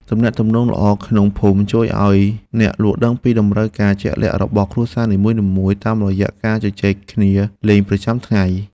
ទំនាក់ទំនងល្អក្នុងភូមិជួយឱ្យអ្នកលក់ដឹងពីតម្រូវការជាក់លាក់របស់គ្រួសារនីមួយៗតាមរយៈការជជែកគ្នាលេងប្រចាំថ្ងៃ។